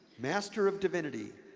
master of divinity,